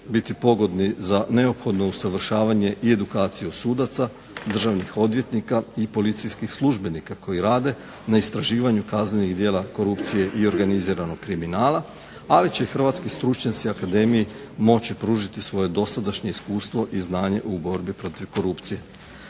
biti pogodni za neophodno usavršavanje i edukaciju sudaca, državnih odvjetnika i policijskih službenika koji rade na istraživanju kaznenih djela korupcije i organiziranog kriminala. Ali će hrvatski stručnjaci akademiji moći pružiti svoje dosadašnje iskustvo i znanje u borbi protiv korupcije.